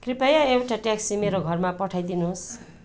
कृपया एउटा ट्याक्सी मेरा घरमा पठाइदिनुहोस्